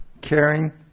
caring